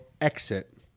exit